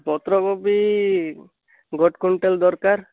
ପତ୍ର କୋବି ଗୋଟେ କୁଇଣ୍ଟାଲ୍ ଦରକାର